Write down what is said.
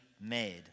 made